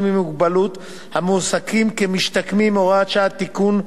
עם מוגבלות המועסקים כמשתקמים (הוראת שעה) (תיקון),